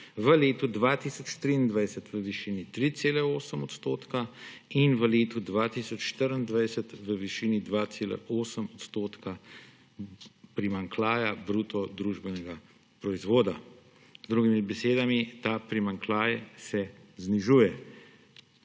v letu 2023 v višini 3,8 % in v letu 2024 v višini 2,8 % primanjkljaja bruto družbenega proizvoda. Z drugimi besedami, ta primanjkljaj se znižuje.